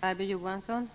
Fru talman!